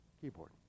keyboard